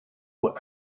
were